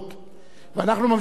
אנחנו ממשיכים בסדר-היום.